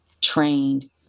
trained